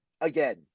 again